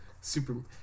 Super